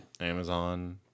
Amazon